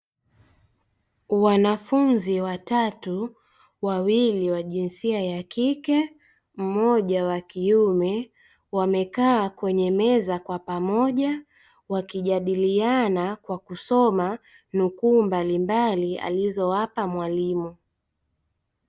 Wanafunzi watatu wawili wa jinsia ya kike mmoja wa kiume, wamekaa kwenye meza kwa pamoja wakijadiliana kwa kusoma nukuu mbalimbali alizowapa mwalimu.